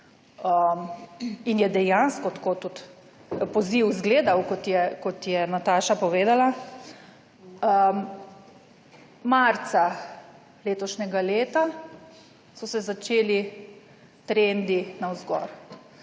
in je dejansko tako tudi poziv izgledal, kot je Nataša povedala. Marca letošnjega leta so se začeli trendi navzgor.